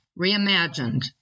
Reimagined